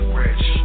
rich